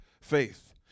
faith